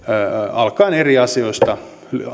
alkaen eri asioista